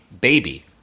Baby